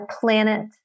planet